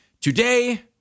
Today